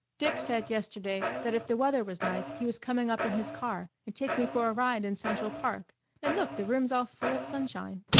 dick said yesterday that if the weather was nice he was coming up in his car and take me for a ride in central park and look, the room's all full of sunshine.